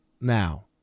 now